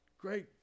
great